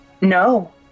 No